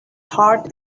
heart